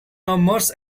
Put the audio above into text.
numbers